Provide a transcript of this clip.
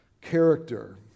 character